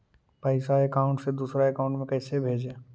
पैसा अकाउंट से दूसरा अकाउंट में कैसे भेजे?